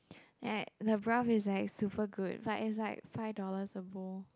at the broth is like super good but it's like five dollars a bowl